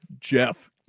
Jeff